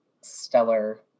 stellar